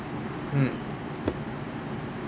mm